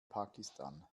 pakistan